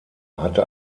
hatte